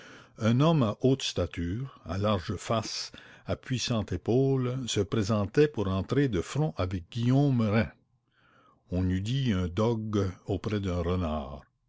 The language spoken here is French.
un homme à haute stature à large face à puissantes épaules se présentait pour entrer de front avec guillaume rym on eût dit un dogue auprès d'un renard